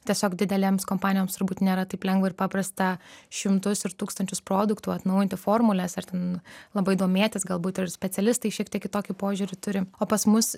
tiesiog didelėms kompanijoms turbūt nėra taip lengva ir paprasta šimtus ir tūkstančius produktų atnaujinti formules ar ten labai domėtis galbūt ir specialistai šiek tiek kitokį požiūrį turi o pas mus